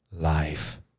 life